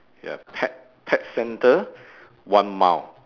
you have pet pet centre one mile